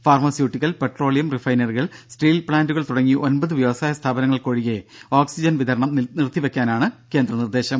pharmaceutical petroleum റിഫൈനറികൾ steel പ്പാന്റുകൾ തുടങ്ങി ഒൻപത് വ്യവസായ സ്ഥാപനങ്ങൾക്കൊഴികെ ഓക്സിജൻ വിതരണം നിർത്തിവെക്കാനാണ് കേന്ദ്ര നിർദ്ദേശം